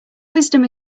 wisdom